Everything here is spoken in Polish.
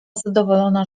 zadowolona